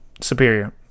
superior